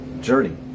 journey